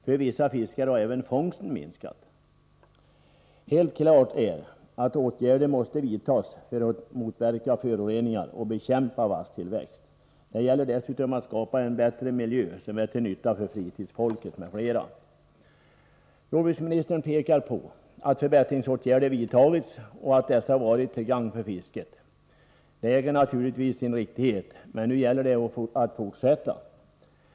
För vissa fiskare har även fångsten minskat. Helt klart är att åtgärder måste vidtagas för att motverka föroreningar och bekämpa vasstillväxt. Det gäller dessutom att skapa en bättre miljö som är till nytta för fritidsfolket m.fl. Jordbruksministern pekar på att förbättringsåtgärder vidtagits och att dessa varit till gagn för fisket. Det äger naturligtvis 'sin riktighet, men nu gäller det att fortsätta.